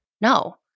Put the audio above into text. No